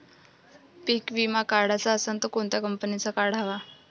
पीक विमा काढाचा असन त कोनत्या कंपनीचा काढाव?